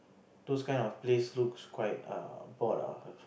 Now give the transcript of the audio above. those kind of place looks quite err bored ah